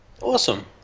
Awesome